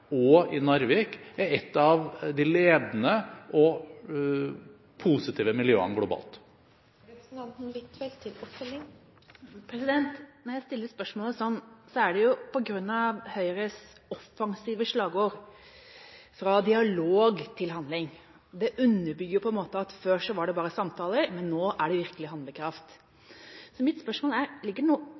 og i Narvik, er et av de ledende og positive miljøene globalt. Når jeg stiller spørsmålet sånn, er det jo på grunn av Høyres offensive slagord: Fra dialog til handling. Det underbygger på en måte at det før bare var samtaler, mens nå er det virkelig handlekraft. Så mitt spørsmål er: Ligger